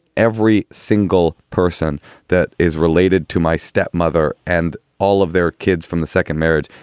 every single person that is related to my stepmother and all of their kids from the second marriage,